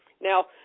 Now